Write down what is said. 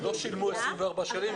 לא שילמו 24 שקלים.